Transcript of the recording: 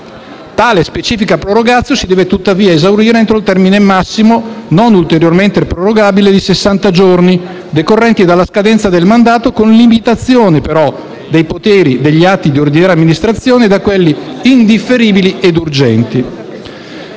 Tale specifica *prorogatio* si deve tuttavia esaurire entro il termine massimo, non ulteriormente prorogabile, di sessanta giorni, decorrenti dalla scadenza del mandato, con limitazione però dei poteri e degli atti di ordinaria amministrazione da quelli indifferibili e urgenti.